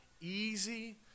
easy